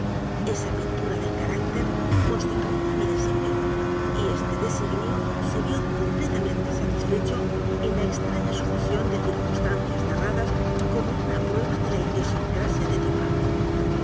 esa pintura del carácter constituía mi d e s i g n i o y este designio se vio completamente satisfecho en la extraña sucesión d e circunstancias narradas como una prueba de la idiosincracia de